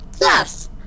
yes